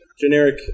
generic